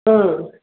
ம்